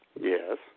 Yes